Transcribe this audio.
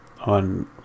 on